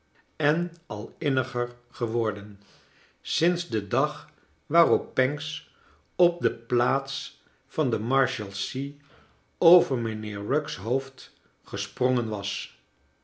en al inniger geworden sinds den dag waarop pancks op de plaats van de marshals ea over mijnheer pugg's hoofd gesprongen was